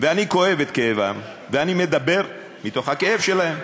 אני כואב את כאבם, ואני מדבר מתוך הכאב שלהם.